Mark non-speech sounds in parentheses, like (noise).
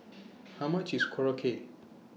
(noise) How much IS Korokke